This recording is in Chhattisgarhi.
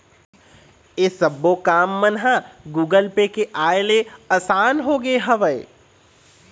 ऐ सब्बो काम मन ह गुगल पे के आय ले असान होगे हवय